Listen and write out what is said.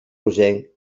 rogenc